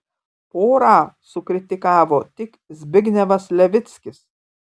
porą sukritikavo tik zbignevas levickis